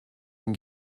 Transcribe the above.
and